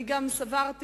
אני גם סברתי,